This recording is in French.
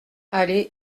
allée